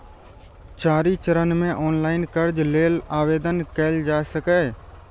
चारि चरण मे ऑनलाइन कर्ज लेल आवेदन कैल जा सकैए